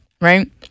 Right